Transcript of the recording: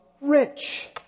rich